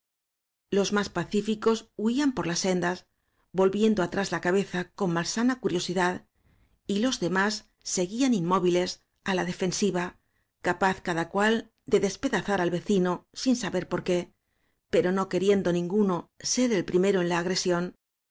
los más pacíficos huían por las sendas volviendo atrás la cabeza con malsana curiosi dad y los demás seguían inmóviles á la defen siva capaz cada cual ele despedazar al vecino sin saber por qué pero no queriendo ninguno ser el primero en la agresión